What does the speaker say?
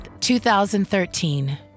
2013